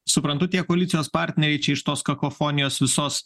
suprantu tie koalicijos partneriai čia iš tos kakofonijos visos